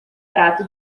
prato